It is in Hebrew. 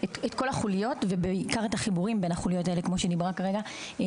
החוליות ובעיקר את החיבורים בין החוליות האלה כמו שדיברה כרגע,